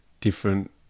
different